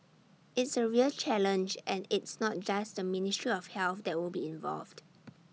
it's A real challenge and it's not just the ministry of health that will be involved